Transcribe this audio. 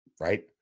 right